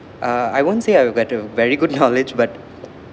uh I won't say I have better very good knowledge but